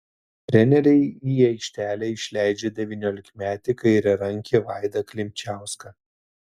treneriai į aikštelę išleidžia devyniolikmetį kairiarankį vaidą klimčiauską